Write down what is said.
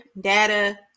data